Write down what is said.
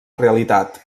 realitat